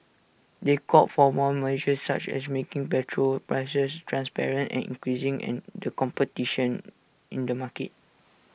they called for more measures such as making petrol prices transparent and increasing the competition in the market